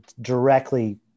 directly